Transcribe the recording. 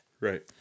Right